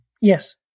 Yes